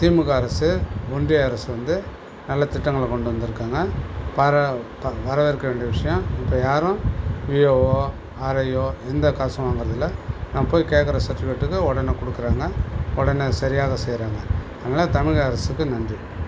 திமுக அரசு ஒன்றிய அரசு வந்து நல்ல திட்டங்களை கொண்டு வந்துருக்காங்க பார வரவேற்க வேண்டிய விஷயோ இப்போ யாரும் விஏஓ ஆர்ஐயோ எந்த காசும் வாங்கரதில்லை நம்ம போய் கேட்குற சர்டிபிகேட்டுக்கு உடனே கொடுக்குறாங்க உடனே சரியாக செய்யறாங்க அதனால் தமிழக அரசுக்கு நன்றி